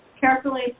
carefully